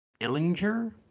Illinger